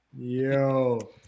yo